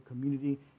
community